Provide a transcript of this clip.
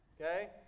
Okay